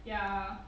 ya